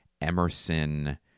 Emerson